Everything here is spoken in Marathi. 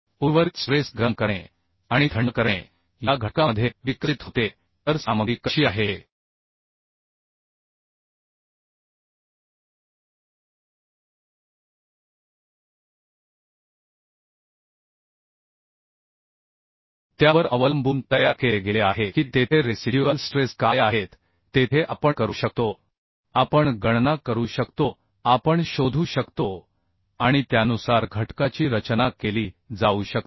उर्वरित स्ट्रेस गरम करणे आणि थंड करणे या घटकामध्ये विकसित होते तर सामग्री कशी आहे हे त्यावर अवलंबून तयार केले गेले आहे की तेथे रेसिड्युअलस्ट्रेस काय आहेत तेथे आपण करू शकतो आपण गणना करू शकतो आपण शोधू शकतो आणि त्यानुसार घटकाची रचना केली जाऊ शकते